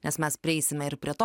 nes mes prieisime ir prie to